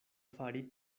fari